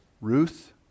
Ruth